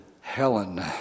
Helen